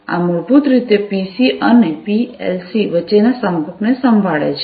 આ મૂળભૂત રીતે પીસી અને પીએલસી વચ્ચેના સંપર્કને સંભાળે છે